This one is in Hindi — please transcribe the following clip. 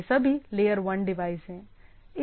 ये सभी लेयर 1 डिवाइस हैं